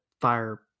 fire